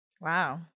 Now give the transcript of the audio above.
Wow